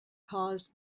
caused